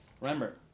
Remember